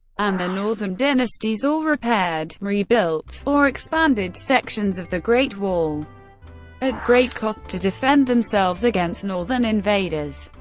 and the northern dynasties all repaired, rebuilt, or expanded sections of the great wall at great cost to defend themselves against northern invaders.